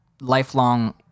lifelong